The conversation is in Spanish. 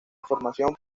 información